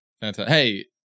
Hey